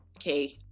okay